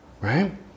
right